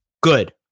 Good